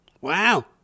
Wow